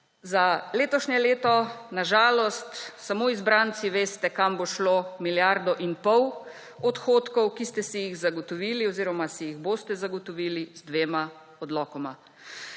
Za letošnje leto na žalost samo izbranci veste, kam bo šlo milijardo in pol odhodkov, ki ste si jih zagotovili oziroma si jih boste zagotovili z dvema odlokoma.